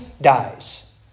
dies